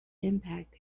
impact